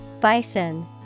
Bison